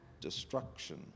destruction